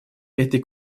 этой